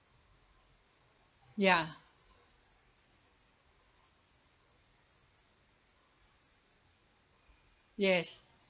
ya yes